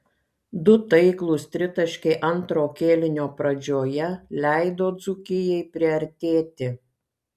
du taiklūs tritaškiai antro kėlinio pradžioje leido dzūkijai priartėti